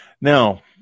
now